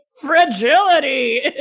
fragility